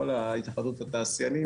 התאחדות התעשיינים.